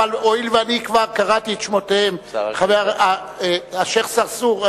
אבל הואיל ואני כבר קראתי את שמותיהם: השיח' צרצור,